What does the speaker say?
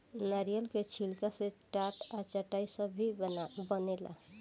नारियल के छिलका से टाट आ चटाई सब भी बनेला